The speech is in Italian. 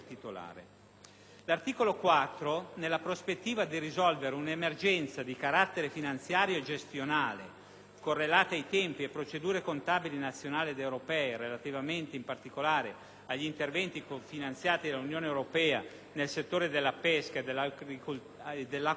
L'articolo 4, nella prospettiva di risolvere un'emergenza di carattere finanziario e gestionale correlata ai tempi e alle procedure contabili nazionali ed europee (relativamente, in particolare, agli interventi cofinanziati dall'Unione europea nel settore della pesca e dell'acquacoltura